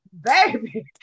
Baby